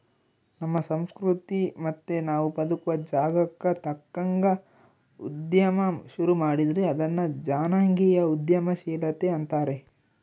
ನಮ್ಮ ಸಂಸ್ಕೃತಿ ಮತ್ತೆ ನಾವು ಬದುಕುವ ಜಾಗಕ್ಕ ತಕ್ಕಂಗ ಉದ್ಯಮ ಶುರು ಮಾಡಿದ್ರೆ ಅದನ್ನ ಜನಾಂಗೀಯ ಉದ್ಯಮಶೀಲತೆ ಅಂತಾರೆ